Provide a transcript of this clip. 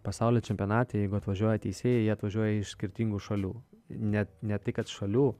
pasaulio čempionate jeigu atvažiuoja teisėjai jie atvažiuoja iš skirtingų šalių net ne tai kad šalių